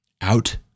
out